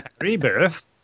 Rebirth